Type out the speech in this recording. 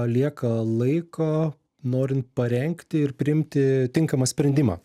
lieka laiko norint parengti ir priimti tinkamą sprendimą